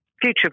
future